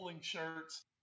...shirts